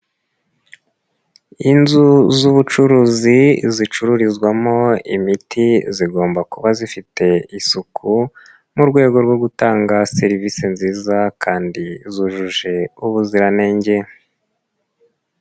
Inzu z'ubucuruzi zicururizwamo imiti zigomba kuba zifite isuku, mu rwego rwo gutanga serivise nziza kandi zujuje ubuziranenge.